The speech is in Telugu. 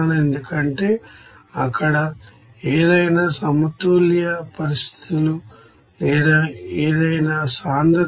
ఎందుకంటే అక్కడ ఏదైనా ఈక్విలిబ్రియం కండిషన్స్ లేదా ఏదైనా డెన్సిటీ విస్కోసిటీ సంబంధాలు లేదా మీకు తెలిసిన అస్సలు అవసరం లేదు